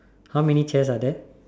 how many chairs are there